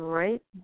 right